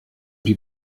die